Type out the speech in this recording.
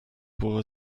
można